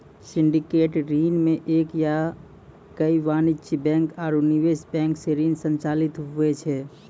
syndicated ऋण मे एक या कई वाणिज्यिक बैंक आरू निवेश बैंक सं ऋण संचालित हुवै छै